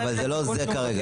אבל זה לא זה כרגע.